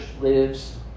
lives